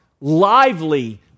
lively